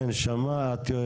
כן, שמעת.